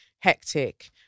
hectic